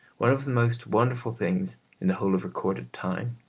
one of the most wonderful things in the whole of recorded time